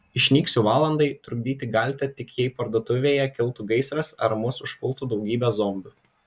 išnyksiu valandai trukdyti galite tik jei parduotuvėje kiltų gaisras ar mus užpultų daugybė zombių